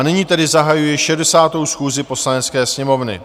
Nyní tedy zahajuji 60. schůzi Poslanecké sněmovny.